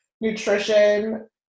nutrition